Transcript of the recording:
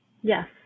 Yes